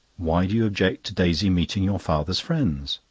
why do you object to daisy meeting your father's friends?